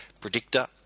predictor